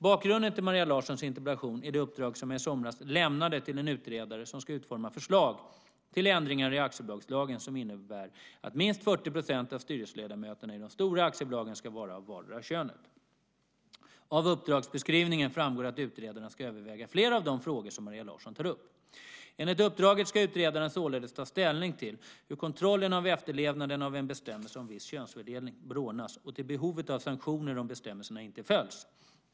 Bakgrunden till Maria Larssons interpellation är det uppdrag som jag i somras lämnade till en utredare som ska utforma förslag till ändringar i aktiebolagslagen som innebär att minst 40 % av styrelseledamöterna i de stora aktiebolagen ska vara av vardera könet. Av uppdragsbeskrivningen framgår att utredaren ska överväga flera av de frågor som Maria Larsson tar upp. Enligt uppdraget ska utredaren således ta ställning till hur kontrollen av efterlevnaden av en bestämmelse om viss könsfördelning bör ordnas och till behovet av sanktioner om bestämmelserna inte följs.